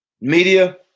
Media